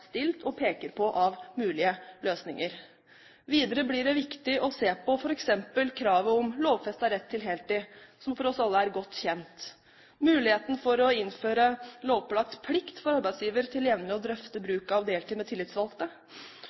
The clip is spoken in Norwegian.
stilt, og det de peker på av mulige løsninger. Videre blir det viktig å se på f.eks. kravet om lovfestet rett til heltid, som for oss alle er godt kjent, og muligheten for å innføre lovpålagt plikt for arbeidsgiver til jevnlig å drøfte bruk av deltid med tillitsvalgte.